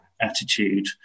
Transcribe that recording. attitude